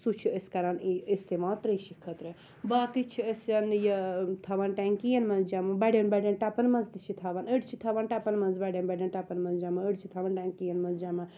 سُہ چھِ أسۍ کران اِستعمال تریشہِ خٲطرٕ باقٕے چھِ أسٮ۪ن یہِ تھاوان ٹیٚنکِیَن مَنٛز جَم بَڑیٚن بَڑیٚن ٹَپَن مَنٛز تہِ چھِ تھاوان أڈۍ چھِ تھاوان ٹَپَن مَنٛز بَڑیٚن بَڑیٚن ٹَپَن مَنٛز جَمَع أڈۍ چھِ تھاوان ٹیٚنکِیَن مَنٛز جَمع